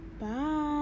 bye